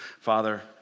Father